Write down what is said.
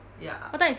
ya